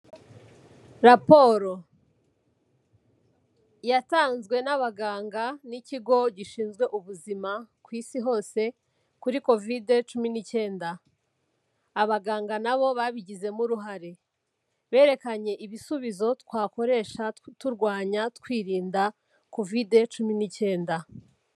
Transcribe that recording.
Raporo yatanzwe n'abaganga n'ikigo gishinzwe ubuzima ku isi hose kuri Covid cumi n'icyenda. Abaganga nabo babigizemo uruhare. Berekanye ibisubizo twakoresha turwanya, twirinda Covid cumi n'icyenda.